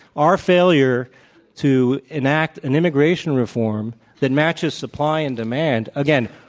our failure to enact an immigration reform that matches supply and demand, again,